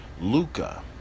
Luca